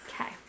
Okay